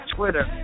Twitter